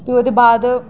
ते ओह्दे बाद